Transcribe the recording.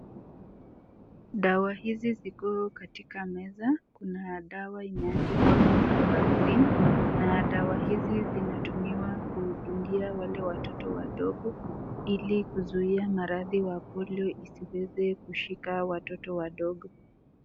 Dawa hizi ziko katika meza kuna dawa imeandikwa polio vaccine na dawa hizi zimetumiwa kudungia wale watoto wadogo hili kuzuia maradhi wa polio isiweze kushika wale watoto wadogo.